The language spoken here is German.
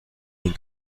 den